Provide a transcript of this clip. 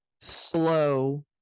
slow